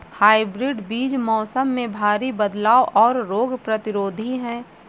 hybrid बीज मौसम में भारी बदलाव और रोग प्रतिरोधी हैं